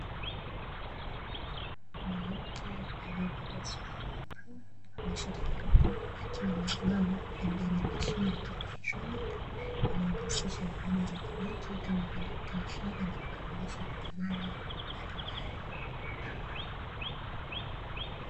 Mwanamke aliyevalia suruali ya bluu na shati jeupe, akiwa amesimama pembeni ya mashine ya kieletroniki inayojihusisha na huduma za kibenki, kama vile: kutoa fedha, na kukamilisha miamala mbalimbali.